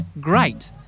great